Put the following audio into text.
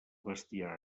bestiar